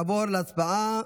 נעבור להצבעה,